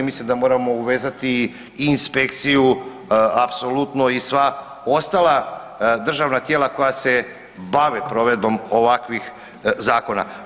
Mislim da moramo uvezati i inspekciju apsolutno i sva ostala državna tijela koja se bave provedbom ovakvih zakona.